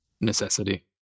necessity